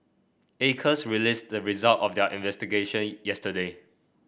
Acres released the result of their investigation yesterday